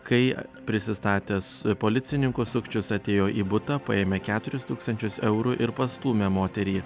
kai prisistatęs policininku sukčius atėjo į butą paėmė keturis tūkstančius eurų ir pastūmė moterį